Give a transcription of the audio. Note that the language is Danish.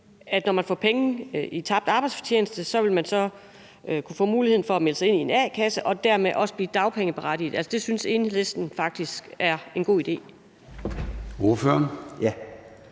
at når man får penge i tabt arbejdsfortjeneste, vil man kunne få muligheden for at melde sig ind i en a-kasse og dermed også blive dagpengeberettiget? Altså, synes Enhedslisten faktisk, at det er en god idé?